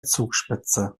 zugspitze